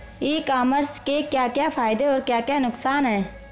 ई commerce के क्या क्या फायदे और क्या क्या नुकसान है?